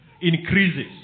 increases